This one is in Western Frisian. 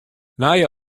nije